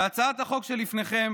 בהצעת החוק שלפניכם